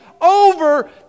over